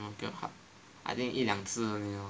Ang Mo Kio hub I think 一两次 only lor